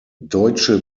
deutsche